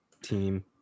team